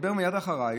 ודיבר מייד אחריי,